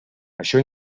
això